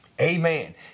amen